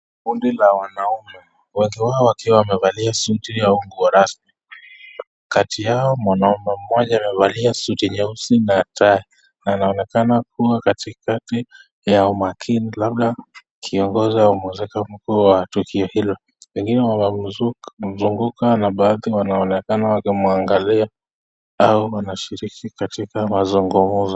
Ni kundi la wanaume. Wengi wao wakiwa wamevaa suti au nguo rasmi. Kati yao mwanaume mmoja amevaa suti nyeusi na tai na anaonekana kuwa katikati yao makini, labda kiongozi au mzungumzaji mkuu wa tukio hilo. Wengine wamemzunguka na baadhi wanaonekana wakimwangalia au wanashiriki katika mazungumzo.